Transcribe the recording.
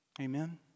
Amen